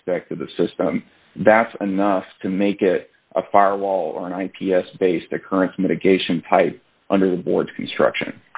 aspect of the system that's enough to make it a firewall or an i p s based occurrence mitigation pipe under the board construction